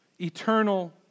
eternal